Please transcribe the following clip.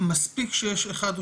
מספיק שיש אחד,